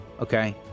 Okay